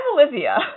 Olivia